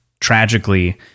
tragically